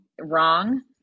wrong